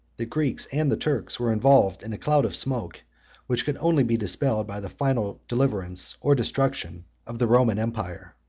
the greeks and the turks, were involved in a cloud of smoke which could only be dispelled by the final deliverance or destruction of the roman empire.